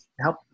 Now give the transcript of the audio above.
help